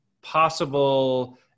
possible